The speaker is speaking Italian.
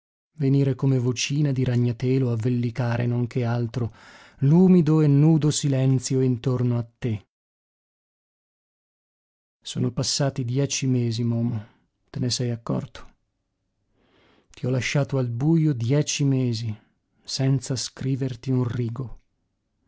venir come vocina di ragnatelo a vellicare non che altro l'umido e nudo silenzio intorno a te sono passati dieci mesi momo te ne sei accorto ti ho lasciato al bujo dieci mesi senza scriverti un rigo